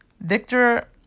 Victor